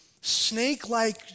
snake-like